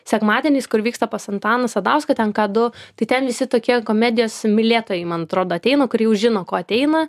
sekmadieniais kur vyksta pas antaną sadauską ten ką du tai ten visi tokie komedijos mylėtojai man atrodo ateina kur jau žino ko ateina